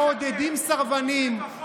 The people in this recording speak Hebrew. אתם מעודדים סרבנים.